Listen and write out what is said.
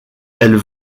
elles